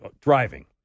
driving